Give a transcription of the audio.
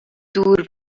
دور